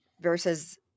versus